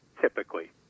typically